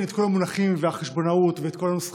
את כל המונחים והחשבונאות ואת כל הנוסחאות,